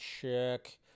check